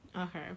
Okay